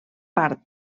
part